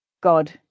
God